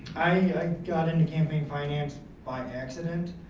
i got into campaign finance by accident.